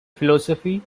philosophy